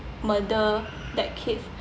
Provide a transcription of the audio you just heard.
murder that kid